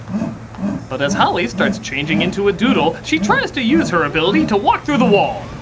but as holli starts changing into a doodle she tries to use her ability to walk through the wall.